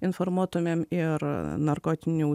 informuotumėm ir narkotinių